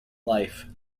life